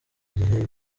igihe